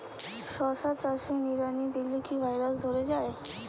শশা চাষে নিড়ানি দিলে কি ভাইরাস ধরে যায়?